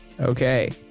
Okay